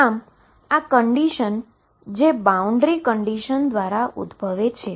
આમઆ condition જે boundary condition દ્વારા ઉદ્ભવે છે